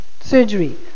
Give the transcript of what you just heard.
surgery